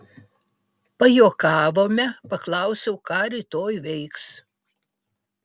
pajuokavome paklausiau ką rytoj veiks